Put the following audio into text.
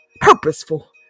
purposeful